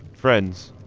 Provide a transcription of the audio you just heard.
friends